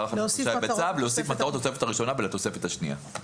להוסיף מטרות לתוספת הראשונה ולתוספת השנייה.